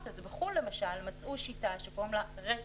אז בחו"ל למשל מצאו שיטה שקוראים לה re-speaking,